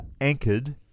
anchored